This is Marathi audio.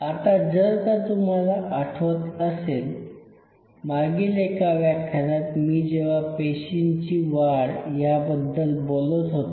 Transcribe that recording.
आता जर का तुम्हाला आठवत असेल मागील एका व्याख्यानात जेव्हा मी पेशींची वाढ याबद्दल बोलत होतो